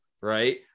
right